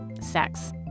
sex